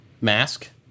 mask